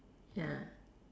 ya